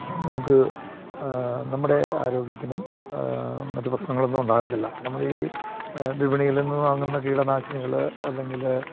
നമുക്ക് നമ്മുടെ ആരോഗ്യത്തിനും മറ്റു പ്രശ്നങ്ങൾ ഒന്നും ഉണ്ടാകാത്തില്ല നമ്മൾ ഈ വിപണിയിൽ നിന്ന് വാങ്ങുന്ന കീടനാശിനികൾ അല്ലെങ്കിൽ